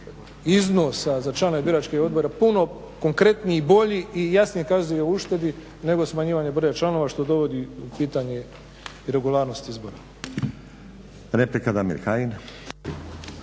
iznosa za članove biračkih odbora puno konkretniji, bolji i jasnije kazuje o uštedi nego smanjivanje broja članova što dovodi u pitanje i regularnost izbora.